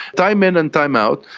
time in and time out,